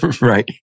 Right